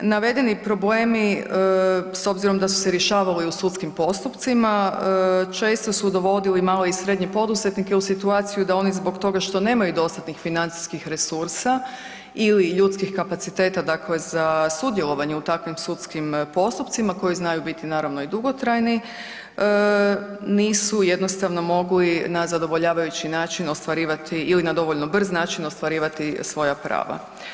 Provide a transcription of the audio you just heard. Navedeni problemi s obzirom da su se rješavali u sudskim postupcima često su dovodili male i srednje poduzetnike u situaciju da oni zbog toga što nemaju dostatnih financijskih resursa ili ljudskih kapaciteta za sudjelovanje u takvim sudskim postupcima koji znaju biti naravno i dugotrajni, nisu jednostavno mogli na zadovoljavajući način ostvarivati ili na dovoljno brz način ostvarivati svoja prava.